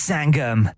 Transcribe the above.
Sangam